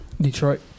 Detroit